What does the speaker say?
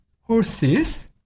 horses